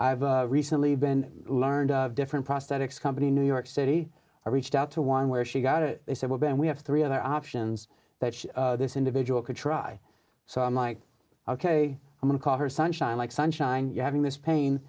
i've recently been learned different prosthetics company new york city i reached out to one where she got it they said well then we have three other options that this individual could try so i'm like ok i'm going call her sunshine like sunshine you having this pain